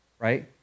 Right